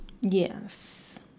Yes